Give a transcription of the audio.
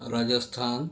Rajasthan